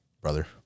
brother